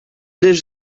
lives